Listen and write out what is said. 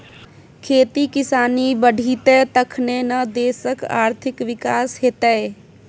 खेती किसानी बढ़ितै तखने न देशक आर्थिक विकास हेतेय